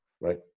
Right